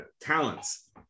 talents